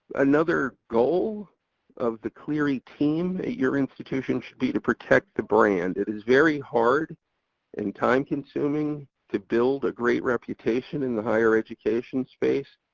another goal of the clery team at your institution should be to protect the brand. it is very hard and time consuming to build a great reputation in the higher education space.